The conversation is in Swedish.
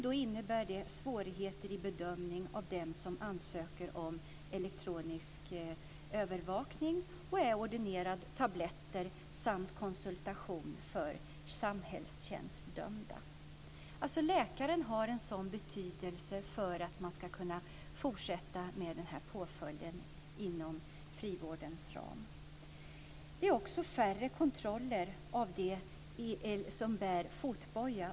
Det innebär svårigheter i fråga om bedömningar av dem som ansöker om elektronisk övervakning och är ordinerade tabletter samt konsultation för samhällstjänstdömda. Läkaren har alltså en sådan betydelse för att man ska kunna fortsätta med den här påföljden inom frivårdens ram. Det är också färre kontroller av dem som bär fotboja.